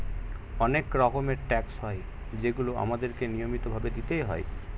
অনেক রকমের ট্যাক্স হয় যেগুলো আমাদের কে নিয়মিত ভাবে দিতেই হয়